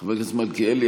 חבר הכנסת מלכיאלי,